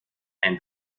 and